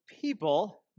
people